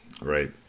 Right